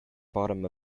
bottom